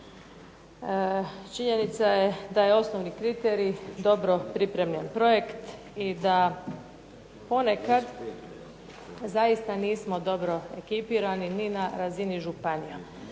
Činjenica je da je osnovni kriterij dobro pripremljen projekt i da ponekad zaista nismo dobro ekipirani ni na razini županija.